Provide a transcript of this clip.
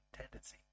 tendency